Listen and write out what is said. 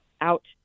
out